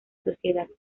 sociedad